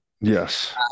Yes